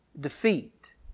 defeat